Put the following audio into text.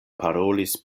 parolis